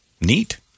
neat